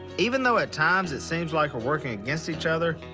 even though at times it seems like we're working against each other,